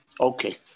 Okay